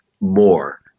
more